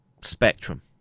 spectrum